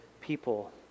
people